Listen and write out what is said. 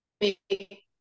make